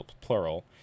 plural